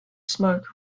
smoke